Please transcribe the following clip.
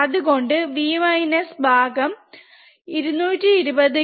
അത്കൊണ്ട് V ഭാഗം 220k Ib ഉം Ib ഉം